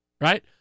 Right